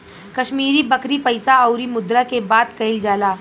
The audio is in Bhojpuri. कश्मीरी बकरी पइसा अउरी मुद्रा के बात कइल जाला